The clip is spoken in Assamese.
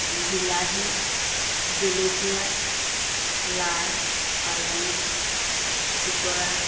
বিলাহী জলকীয়া লাই পালেং খুতৰা